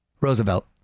Roosevelt